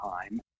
time